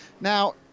Now